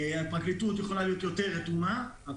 הפרקליטות יכולה להיות יותר רתומה אבל